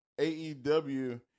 AEW